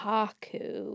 Haku